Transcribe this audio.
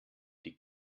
die